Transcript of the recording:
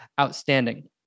outstanding